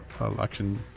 election